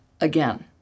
again